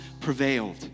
prevailed